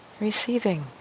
Receiving